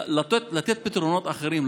ייתן פתרונות אחרים.